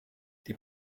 die